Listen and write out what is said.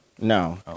No